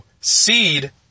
Seed